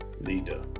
leader